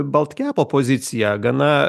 baltkiapo pozicija gana